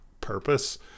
purpose